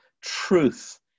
truth